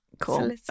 cool